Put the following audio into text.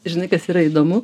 žinai kas yra įdomu